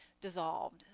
dissolved